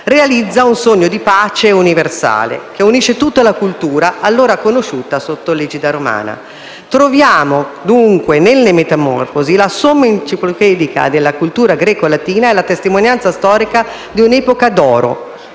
realizza il sogno di una pace universale che unisce tutta la cultura allora conosciuta sotto l'egida romana. Troviamo dunque nelle Metamorfosi la *summa* enciclopedica della cultura greco-latina e la testimonianza storica di un'epoca d'oro.